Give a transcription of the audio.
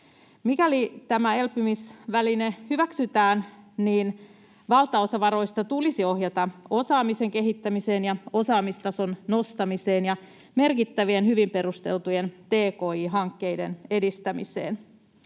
Mikäli tämä elpymisväline hyväksytään, niin valtaosa varoista tulisi ohjata osaamisen kehittämiseen ja osaamistason nostamiseen ja merkittävien, hyvin perusteltujen tki-hankkeiden edistämiseen.